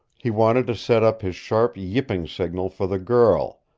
he wanted to set up his sharp yipping signal for the girl,